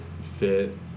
fit